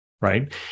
right